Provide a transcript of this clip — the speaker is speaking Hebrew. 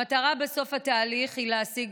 המטרה בסוף התהליך היא להשיג,